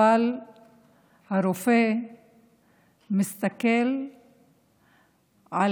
אבל הרופא מסתכל על